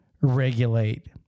regulate